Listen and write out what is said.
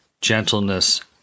gentleness